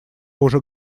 уже